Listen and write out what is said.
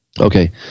Okay